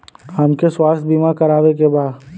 हमके स्वास्थ्य बीमा करावे के बा?